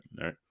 right